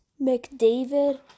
McDavid